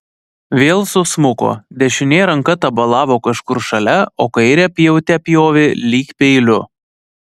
vėl susmuko dešinė ranka tabalavo kažkur šalia o kairę pjaute pjovė lyg peiliu